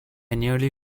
nearly